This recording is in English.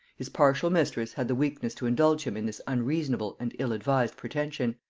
his partial mistress had the weakness to indulge him in this unreasonable and ill-advised pretension.